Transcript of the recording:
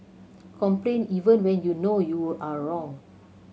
complain even when you know you are wrong